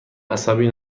عصبی